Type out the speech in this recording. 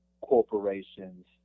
corporations